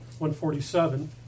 147